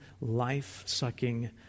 life-sucking